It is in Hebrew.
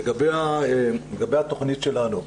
לגבי התכנית שלנו,